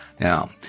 Now